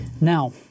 Now